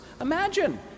Imagine